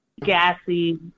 Gassy